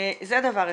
זה דבר אחד.